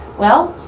well,